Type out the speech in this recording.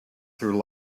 through